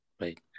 Right